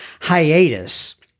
hiatus